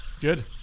Good